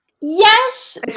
yes